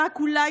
רק אולי,